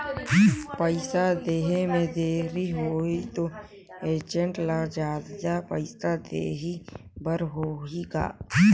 पइसा देहे मे देरी होही तो एजेंट ला जादा पइसा देही बर होही का?